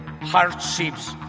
hardships